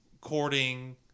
courting